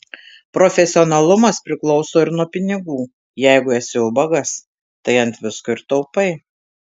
profesionalumas priklauso ir nuo pinigų jeigu esi ubagas tai ant visko ir taupai